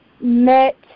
met